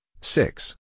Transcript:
six